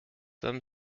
them